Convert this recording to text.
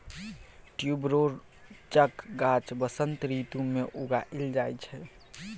ट्युबरोजक गाछ बसंत रितु मे लगाएल जाइ छै